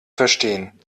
verstehen